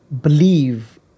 believe